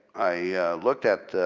i looked at